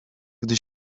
gdy